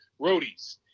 roadies